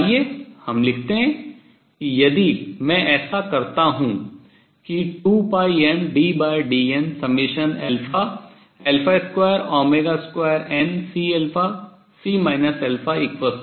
तो आइए हम लिखते हैं कि यदि मैं ऐसा करता हूँ कि 2πmddn22CC h